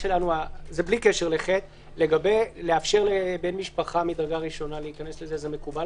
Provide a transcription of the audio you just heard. בלי קשר ל-(ח) - מה לגבי לאפשר לבן משפחה מדרגה ראשונה להיכנס מקובל?